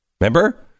Remember